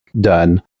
done